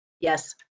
Yes